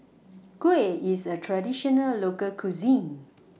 Kuih IS A Traditional Local Cuisine